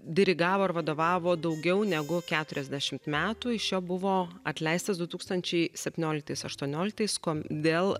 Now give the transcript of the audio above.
dirigavo ir vadovavo daugiau negu keturiasdešimt metų iš jo buvo atleistas du tūkstančiai septynioliktais aštuonioliktais kodėl